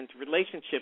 relationship